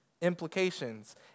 implications